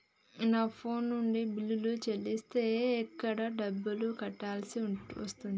నా ఫోన్ నుండి బిల్లులు చెల్లిస్తే ఎక్కువ డబ్బులు కట్టాల్సి వస్తదా?